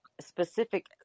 specific